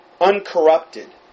uncorrupted